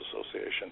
Association